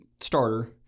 starter